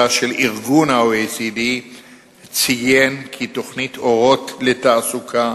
של ה-OECD ציין כי תוכנית "אורות לתעסוקה"